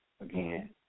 again